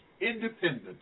independent